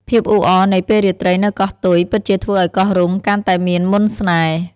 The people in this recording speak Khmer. ភាពអ៊ូអរនៃពេលរាត្រីនៅកោះទុយ ពិតជាធ្វើឲ្យកោះរ៉ុងកាន់តែមានមន្តស្នេហ៍។